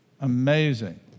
Amazing